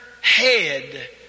head